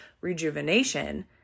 rejuvenation